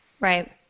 Right